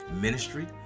ministry